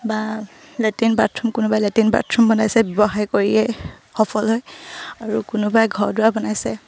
বা latrine bathroom কোনোবাই latrine bathroom বনাইছে ব্যৱসায় কৰিয়ে সফল হৈ আৰু কোনোবাই ঘৰ দুৱাৰ বনাইছে